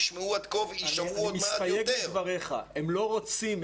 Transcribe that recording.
אני מסתייג מדבריך: הם לא רק רוצים,